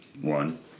one